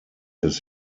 his